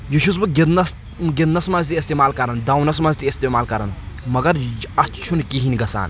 یہِ چھُس بہٕ گنٛدنس گنٛدنس منٛز تہِ استعمال کران دونَس منٛز تہِ استعمال کران مگر یہ اتھ چھُنہٕ کہینۍ گژھان